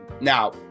Now